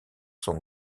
sont